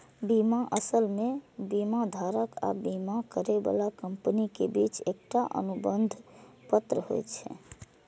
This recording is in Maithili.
बीमा असल मे बीमाधारक आ बीमा करै बला कंपनी के बीच एकटा अनुबंध पत्र होइ छै